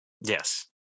Yes